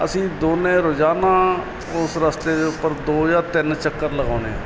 ਅਸੀਂ ਦੋਨੇ ਰੋਜ਼ਾਨਾ ਉਸ ਰਸਤੇ ਦੇ ਉੱਪਰ ਦੋ ਜਾਂ ਤਿੰਨ ਚੱਕਰ ਲਗਾਉਂਦੇ ਹਾਂ